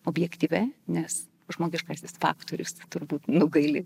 objektyvia nes žmogiškasis faktorius turbūt nugali